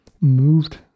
moved